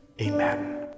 amen